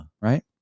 Right